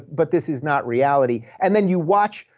but this is not reality. and then you watch,